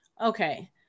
Okay